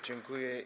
Dziękuję.